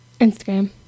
Instagram